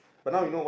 yeah